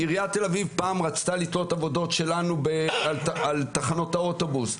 עריית תל אביב פעם רצתה לתלות עבודות שלנו על תחנות האוטובוס,